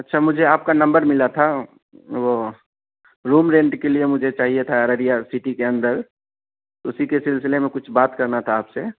اچھا مجھے آپ کا نمبر ملا تھا وہ روم رینٹ کے لیے مجھے چاہیے تھا ارریا سٹی کے اندر اسی کے سلسلے میں کچھ بات کرنا تھا آپ سے